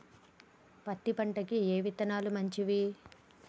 పత్తి పంటకి ఏ విత్తనాలు మంచివి?